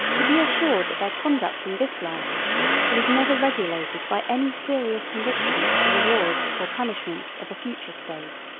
to be assured that their conduct in this life was never regulated by any serious conviction of the rewards or punishments of a future state.